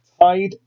tied